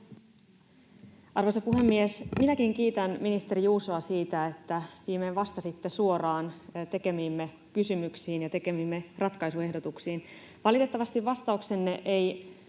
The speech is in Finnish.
Arvoisa puhemies! Minäkin kiitän ministeri Juusoa siitä, että viimein vastasitte suoraan tekemiimme kysymyksiin ja tekemiimme ratkaisuehdotuksiin. Valitettavasti vastauksenne ei